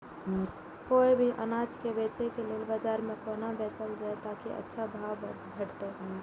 कोय भी अनाज के बेचै के लेल बाजार में कोना बेचल जाएत ताकि अच्छा भाव भेटत?